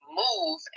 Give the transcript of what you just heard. move